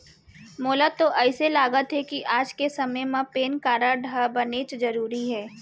मोला तो अइसे लागथे कि आज के समे म पेन कारड ह बनेच जरूरी हे